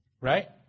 Right